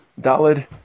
dalid